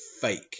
fake